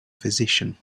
physician